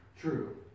True